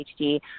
HD